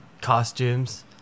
costumes